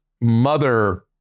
mother